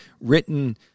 written